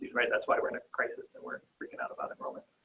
right. that's why we're in a crisis that we're freaking out about the moment